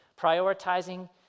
prioritizing